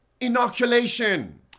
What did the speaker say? inoculation